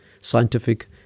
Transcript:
scientific